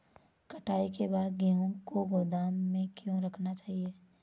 कटाई के बाद गेहूँ को गोदाम में क्यो रखना चाहिए?